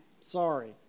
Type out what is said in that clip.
Sorry